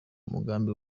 mugambi